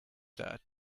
that